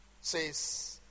says